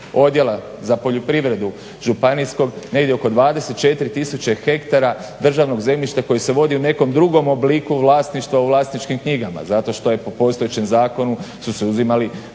odjela za poljoprivredu županijskog negdje oko 24 tisuće hektara državnog zemljišta koji se vodi u nekom drugom obliku vlasništva u vlasničkim knjigama zato što je po postojećem zakonu su se uzimali